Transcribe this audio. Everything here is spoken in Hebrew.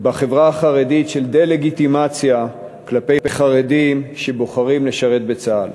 בחברה החרדית של דה-לגיטימציה כלפי חרדים שבוחרים לשרת בצה"ל.